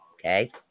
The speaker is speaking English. Okay